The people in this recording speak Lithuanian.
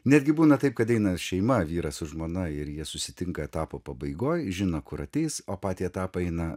netgi būna taip kad eina šeima vyras su žmona ir jie susitinka etapo pabaigoj žino kur ateis o patį etapą eina